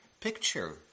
picture